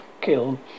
kill